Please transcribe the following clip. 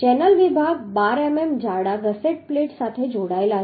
channel વિભાગ 12 મીમી જાડા ગસેટ પ્લેટ સાથે જોડાયેલ છે